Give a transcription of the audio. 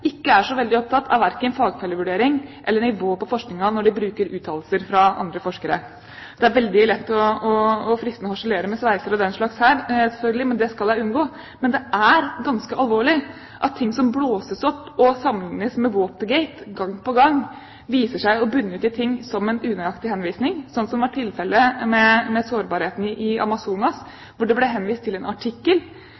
ikke er så veldig opptatt av verken fagfellevurdering eller nivået på forskningen når de bruker uttalelser fra andre forskere. Det er veldig lett og fristende å harselere med sveisere og den slags, selvfølgelig, men det skal jeg unngå. Men det er ganske alvorlig at ting som blåses opp og sammenliknes med Watergate gang på gang, viser seg å bunne ut i en unøyaktig henvisning, som var tilfellet med sårbarheten i